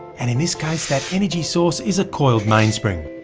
and in this case that energy source is a coiled mainspring.